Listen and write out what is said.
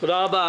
תודה רבה.